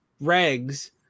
regs